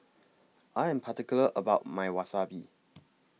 I Am particular about My Wasabi